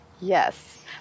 Yes